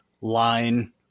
line